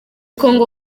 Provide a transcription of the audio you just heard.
kongo